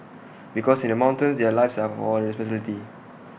because in the mountains their lives are our responsibility